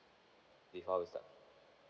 before we start